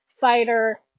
fighter